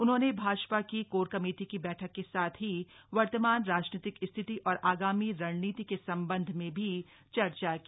उन्होंने भाजपा की core committee की बैठक के साथ ही वर्तमान राजनीतिक स्थिति और आगामी रणनीति के संबंध में भी चर्चा की